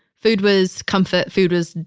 food was comfort, food was,